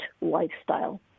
lifestyle